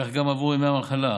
כך גם עבור ימי מחלה: